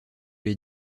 l’ai